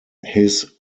his